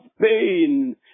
pain